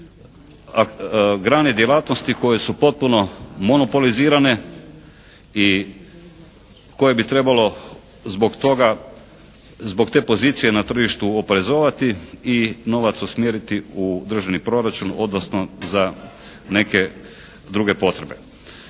grane djelatnosti koje su potpuno monopolizirane i koje bi trebalo zbog toga, zbog te pozicije na tržištu oporezovati i novac usmjeriti u državni proračun, odnosno za neke druge potrebe.